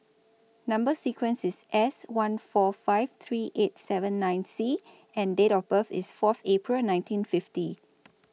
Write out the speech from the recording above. Number sequence IS S one four five three eight seven nine C and Date of birth IS Fourth April nineteen fifty